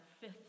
fifth